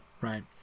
right